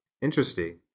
Interesting